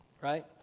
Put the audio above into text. right